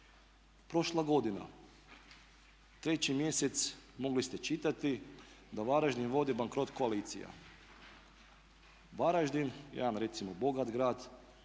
prošla godina, 3. mjesec, mogli ste čitati da Varaždin vodi bankrot koalicija. Varaždin, jedan recimo bogat grad